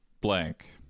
blank